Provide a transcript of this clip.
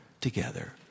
together